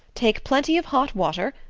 take plenty of hot water,